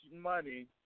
money